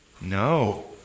No